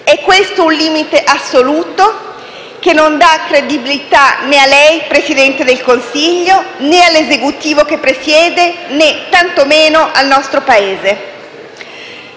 È questo un limite assoluto, che non dà credibilità a lei, signor Presidente del Consiglio, né all'Esecutivo che presiede, né tantomeno al nostro Paese.